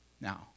now